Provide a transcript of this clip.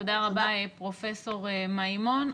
תודה רבה, פרופ' מימון.